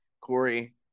Corey